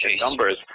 numbers